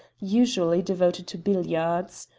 usually devoted to billiards.